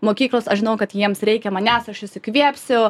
mokyklos aš žinojau kad jiems reikia manęs aš jus įkvėpsiu